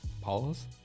Pause